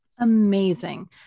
Amazing